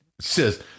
says